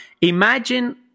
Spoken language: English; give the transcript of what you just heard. Imagine